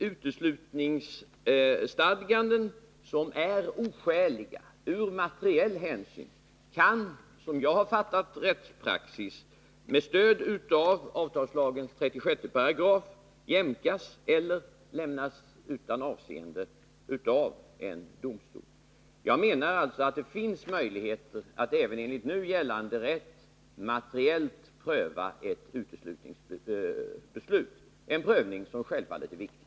Uteslutningsstadganden som är oskäliga i materiellt hänseende kan, som jag har uppfattat rättspraxis, med stöd av avtalslagens 36 § jämkas eller lämnas utan avseende av en domstol. Jag menar alltså att det finns möjligheter även enligt nu gällande lagstiftning att materiellt pröva ett uteslutningsbeslut, en prövning som självfallet är viktig.